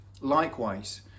Likewise